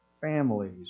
families